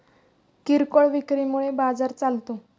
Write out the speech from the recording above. किरकोळ विक्री मुळे बाजार चालतो